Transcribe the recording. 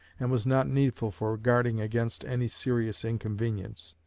and was not needful for guarding against any serious inconvenience.